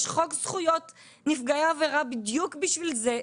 יש חוק זכויות נפגעי עבירה בדיוק בשביל זה.